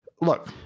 look